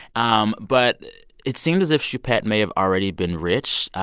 um but it seemed as if choupette may have already been rich.